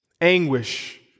Anguish